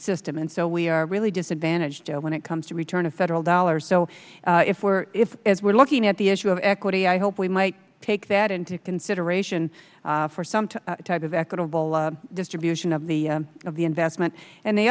system and so we are really disadvantaged when it comes to return of federal dollars so if we're if we're looking at the issue of equity i hope we might take that into consideration for some type of equitable distribution of the of the investment and the